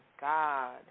God